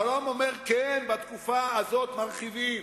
העולם אומר: כן, בתקופה הזאת מרחיבים.